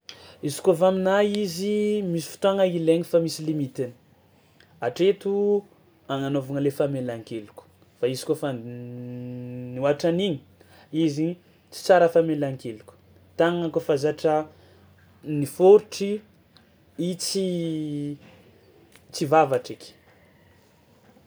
Izy kaofa aminahy izy misy fotoagna ilaigny fa misy limitiny, hatreto agnanaovagna le famelan-keloko fa izy kaofa nihoatra an'igny izy igny tsy tsara famelan-keloka tàgnana kaofa zatra nifôritry i tsy tsy vavatreky.